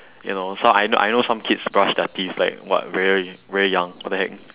ya know so~ I know I know some kids brush their teeth like what very very young what the heck